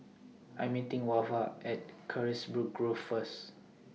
I Am meeting Wava At Carisbrooke Grove First